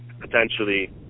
potentially